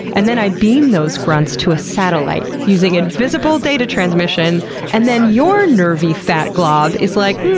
and then i beam those grunts to a satellite using invisible data transmission and then your nervy fat glob is like,